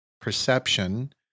perception